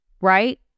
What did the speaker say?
right